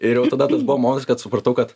ir jau tada tas buvo momentas kad supratau kad